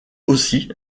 aussi